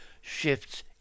shifts